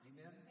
Amen